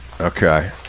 Okay